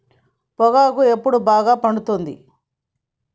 పొగాకు ఎప్పుడు బాగా పండుతుంది?